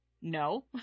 No